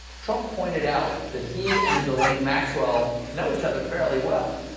trump pointed out that he and ghislaine maxwell know each other fairly well.